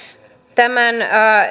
tämän